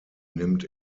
nimmt